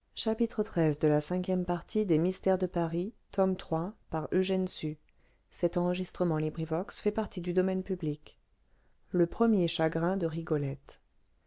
rigolette xiii le premier chagrin de rigolette